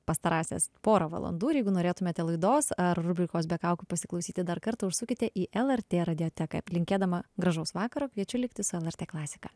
pastarąsias porą valandų ir jeigu norėtumėte laidos ar rubrikos be kaukių pasiklausyti dar kartą užsukite į lrt radioteką linkėdama gražaus vakaro kviečiu likti su lrt klasika